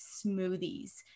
smoothies